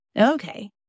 Okay